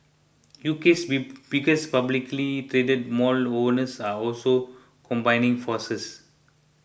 UK's biggest publicly traded mall owners are also combining forces